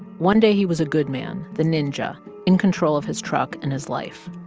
one day, he was a good man, the ninja in control of his truck and his life.